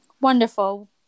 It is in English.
wonderful